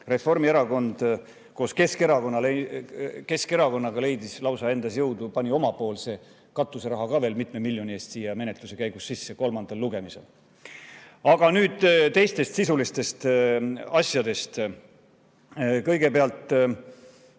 Reformierakond koos Keskerakonnaga leidis endas jõudu ja pani omapoolse katuseraha veel mitme miljoni eest menetluse käigus sisse kolmandale lugemisele. Aga nüüd teistest, sisulistest asjadest. Kõigepealt,